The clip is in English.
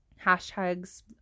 hashtags